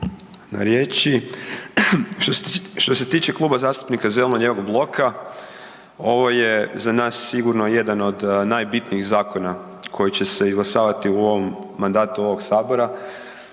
na riječi. Što se tiče Kluba zastupnika zeleno-lijevog bloka ovo je za nas sigurno jedan od najbitnijih zakona koji će se izglasavati u ovom mandatu ovog Sabora,